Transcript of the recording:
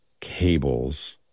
cables